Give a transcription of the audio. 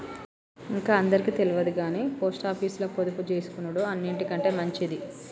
ఇంక అందరికి తెల్వదుగని పోస్టాపీసుల పొదుపుజేసుకునుడు అన్నిటికంటె మంచిది